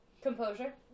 composure